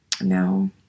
No